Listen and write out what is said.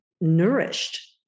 nourished